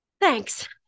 Thanks